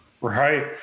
Right